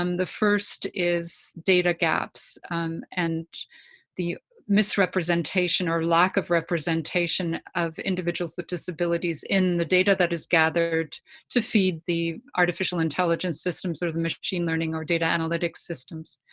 um the first is data gaps and the misrepresentation, or lack of representation, of individuals with disabilities in the data that is gathered to feed the artificial intelligence, or the machine learning, or data analytics systems.